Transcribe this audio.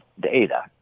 data